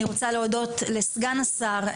אני רוצה להודות לסגן השר,